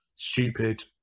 stupid